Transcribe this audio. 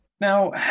Now